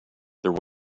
there